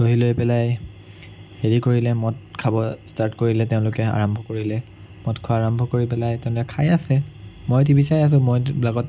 বহি লৈ পেলাই হেৰি কৰিলে মদ খাব ষ্টাৰ্ট কৰিলে তেওঁলোকে আৰম্ভ কৰিলে মদ খোৱা আৰম্ভ কৰি পেলাই তেওঁলোকে খাই আছে মই টি ভি চাই আছোঁ মইতো এইবিলাকত